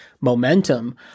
momentum